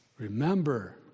remember